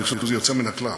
אני חושב שזה יוצא מן הכלל.